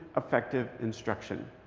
effective instruction.